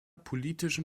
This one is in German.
politischen